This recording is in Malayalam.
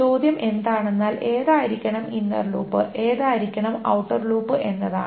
ചോദ്യം എന്തണെന്നാൽ ഏതായിരിക്കണം ഇന്നർ ലൂപ്പ് ഏതായിരിക്കണം ഔട്ടർ ലൂപ്പ് എന്നതാണ്